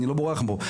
אני לא בורח מפה,